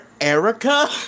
erica